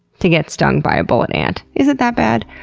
to get stung by a bullet ant. is it that bad?